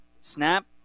Snap